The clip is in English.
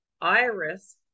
iris